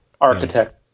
Architect